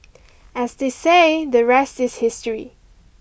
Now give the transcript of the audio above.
as they say the rest is history